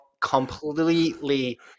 Completely